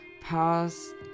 Pause